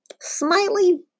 Smiley